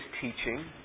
teaching